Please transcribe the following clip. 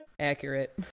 Accurate